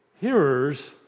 hearers